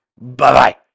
bye-bye